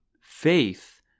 Faith